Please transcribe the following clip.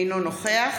אינו נוכח